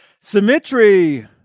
Symmetry